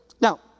Now